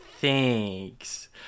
Thanks